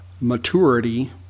maturity